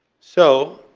so